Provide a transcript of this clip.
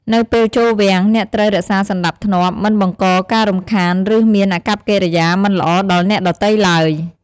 នៅពេលចូលវាំង អ្នកត្រូវរក្សាសណ្តាប់ធ្នាប់ មិនបង្កការរំខានឫមានអាកប្បកិរិយាមិនល្អដល់អ្នកដទៃទ្បើយ។